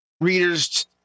Readers